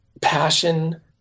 passion